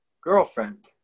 girlfriend